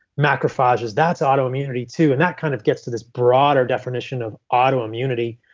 macrophages, that's autoimmunity, too. and that kind of gets to this broader definition of autoimmunity.